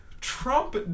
trump